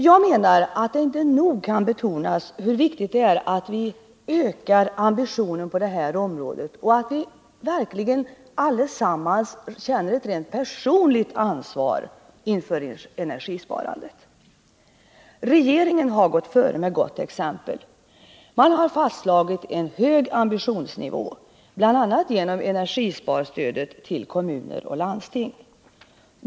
Jag menar att det inte nog kan betonas, hur viktigt det är att vi ökar ambitionen på detta område och att vi verkligen allesammans känner ett rent personligt ansvar för energisparandet. Regeringen har gått före med gott exempel. En hög ambitionsnivå har fastslagits bl.a. genom energisparstödet till kommuner och landsting.